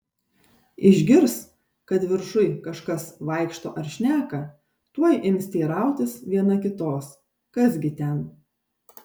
išgirs kad viršuj kažkas vaikšto ar šneka tuoj ims teirautis viena kitos kas gi ten